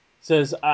Says